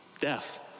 death